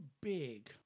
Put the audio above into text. big